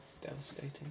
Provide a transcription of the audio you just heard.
devastating